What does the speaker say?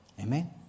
Amen